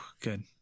Good